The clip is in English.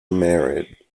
married